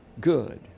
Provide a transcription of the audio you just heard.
good